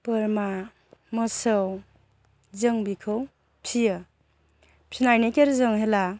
बोरमा मोसौ जों बिखौ फियो फिनायनि गेजेरजों हेला